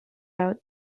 out